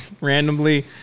randomly